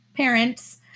parents